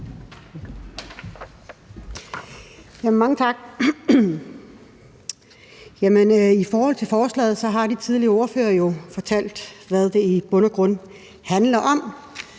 I forhold til forslaget har de tidligere ordførere jo fortalt, hvad det i bund og grund handler om.